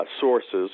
Sources